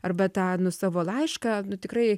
ar tą nu savo laišką nu tikrai